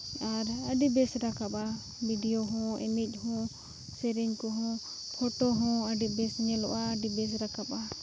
ᱟᱨ ᱟᱹᱰᱤ ᱵᱮᱥ ᱨᱟᱠᱟᱵᱼᱟ ᱵᱷᱤᱰᱤᱭᱳ ᱦᱚᱸ ᱮᱱᱮᱡ ᱦᱚᱸ ᱥᱮᱨᱮᱧ ᱠᱚᱦᱚᱸ ᱯᱷᱳᱴᱳ ᱦᱚᱸ ᱟᱹᱰᱤ ᱵᱮᱥ ᱧᱮᱞᱚᱜᱼᱟ ᱟᱹᱰᱤ ᱵᱮᱥ ᱨᱟᱠᱟᱵᱼᱟ